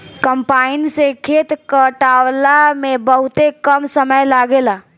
combine से खेत कटावला में बहुते कम समय लागेला